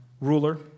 ruler